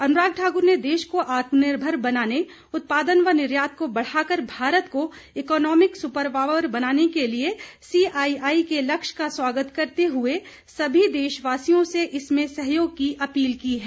अनुराग ठाक्र ने देश को आत्मनिर्भर बनाने उत्पादन व निर्यात को बढ़ाकर भारत को इकॉनोमिक सुपर पावर बनाने के सीआईआई के लक्ष्य का स्वागत करते हुए सभी देशवासियों से इसमें सहयोग की अपील की है